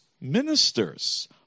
ministers